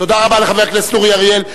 תודה רבה לחבר הכנסת אורי אריאל.